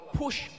push